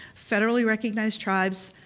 federally recognized tribes,